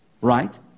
Right